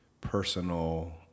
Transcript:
personal